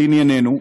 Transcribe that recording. לענייננו,